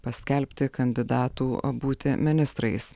paskelbti kandidatų būti ministrais